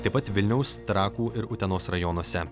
taip pat vilniaus trakų ir utenos rajonuose